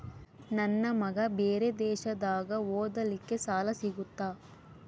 ನನ್ನ ಮಗ ಬೇರೆ ದೇಶದಾಗ ಓದಲಿಕ್ಕೆ ಸಾಲ ಸಿಗುತ್ತಾ?